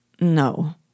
no